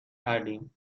کردیم